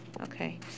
Okay